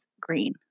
Green